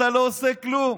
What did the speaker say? אתה לא עושה כלום,